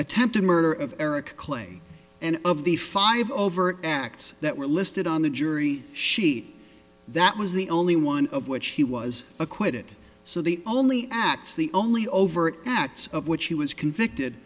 attempted murder of eric clay and of the five overt acts that were listed on the jury sheet that was the only one of which he was acquitted so the only facts the only overt acts of which he was convicted